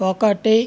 ఒకటి